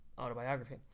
autobiography